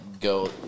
go